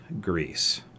Greece